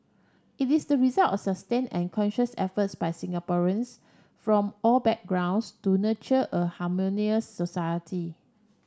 it is the result of sustained and conscious efforts by Singaporeans from all backgrounds to nurture a harmonious society